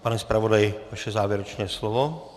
Pane zpravodaji, vaše závěrečné slovo.